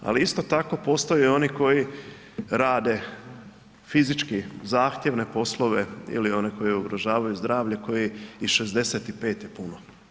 Ali isto tako postoje oni koji rade fizički zahtjevne poslove ili one koji ugrožavaju zdravlje kojima je i 65 puno.